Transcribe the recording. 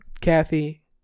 kathy